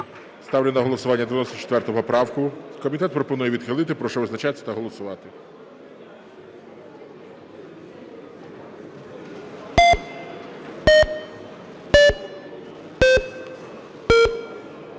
Ставлю на голосування 94 поправку. Комітет пропонує відхилити. Прошу визначатись та голосувати.